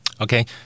Okay